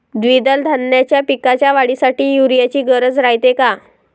द्विदल धान्याच्या पिकाच्या वाढीसाठी यूरिया ची गरज रायते का?